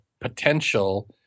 potential